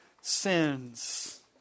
sins